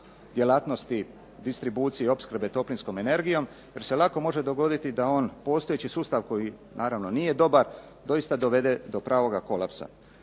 djelatnosti distribucije i opskrbe toplinskom energijom jer se lako može dogoditi da on postojeći sustav koji naravno nije dobar doista dovede do pravoga kolapsa.